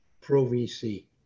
pro-VC